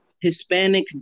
Hispanic